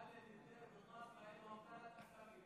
(אומר בערבית: